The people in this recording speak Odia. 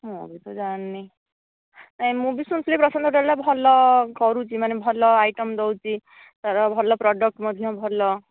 ମୁଁ ବି ତ ଜାଣିନି ନାହିଁ ମୁଁ ବି ଶୁଣିଥିଲି ପ୍ରଶାନ୍ତ ହୋଟେଲଟା ଭଲ କରୁଛି ମାନେ ଭଲ ଆଇଟମ୍ ଦେଉଛି ତା'ର ଭଲ ପ୍ରଡ଼କ୍ଟ ମଧ୍ୟ ଭଲ